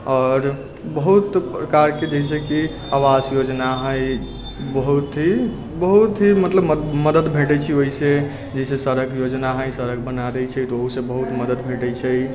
आओर बहुत प्रकार के जइसे कि आवास योजना हय बहुत बहुत ही बहुत बहुत ही मतलब मदद भेटै छै उससे जइसे सड़क योजना हय सड़क बना दय छै तऽ ओहू से बहुत मदद भेटै छै